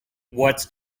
what’s